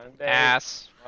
Ass